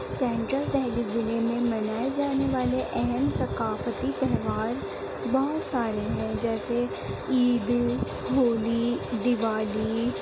central Delhi ضلعے میں منائے جانے والے اہم ثقافتی تہوار بہت سارے ہیں جیسے عید ہولی دیوالی